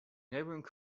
neighbouring